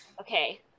okay